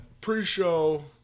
Pre-show